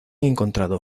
encontrado